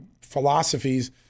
philosophies